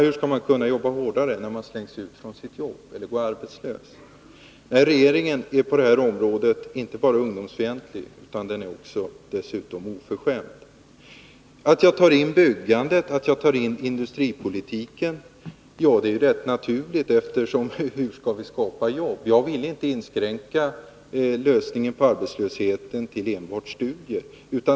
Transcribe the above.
Hur skall man kunna jobba hårdare när man slängs ut från sitt jobb eller går arbetslös? Nej, regeringen är på det här området inte bara ungdomsfientlig utan dessutom oförskämd. Att jag drar in byggandet och industripolitiken är ju rätt naturligt, eftersom byggande skapar jobb. Jag vill inte inskränka lösningen av arbetslösheten till enbart studier.